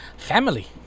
Family